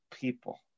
people